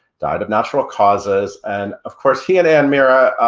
died of natural causes and of course, he and anne meara,